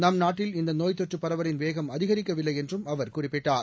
நம் நாட்டில் இந்த நோய் தொற்று பரவலின் வேகம் அதிகரிக்கவில்லை என்றும் அவர் குறிப்பிட்டார்